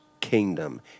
kingdom